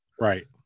Right